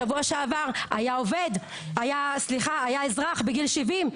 שבוע שעבר היה אזרח בגיל 70,